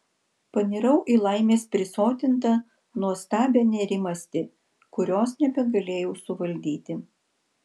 panirau į laimės prisotintą nuostabią nerimastį kurios nebegalėjau suvaldyti